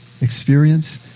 experience